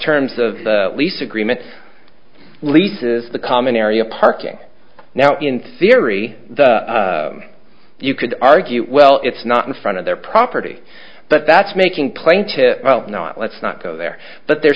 terms of the lease agreement leases the common area parking now in theory you could argue well it's not in front of their property but that's making plain to not let's not go there but they're